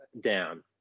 down